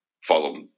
follow